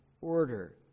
order